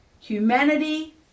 Humanity